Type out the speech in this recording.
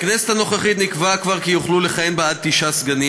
בכנסת הנוכחית נקבע כבר כי יוכלו לכהן עד תשעה סגנים,